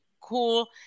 cool